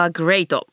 great